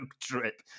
trip